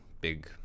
big